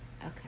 Okay